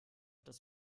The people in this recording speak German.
das